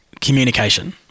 communication